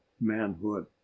manhood